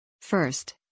First